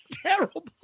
terrible